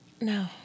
No